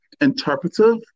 interpretive